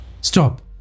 Stop